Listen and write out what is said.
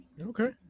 Okay